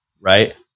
right